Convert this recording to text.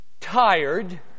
tired